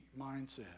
mindset